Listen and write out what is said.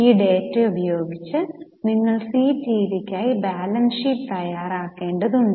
ഈ ഡാറ്റ ഉപയോഗിച്ച് നിങ്ങൾ സീ ടിവിക്കായി ബാലൻസ് ഷീറ്റ് തയ്യാറാക്കേണ്ടതുണ്ട്